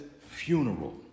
funeral